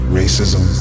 racism